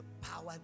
power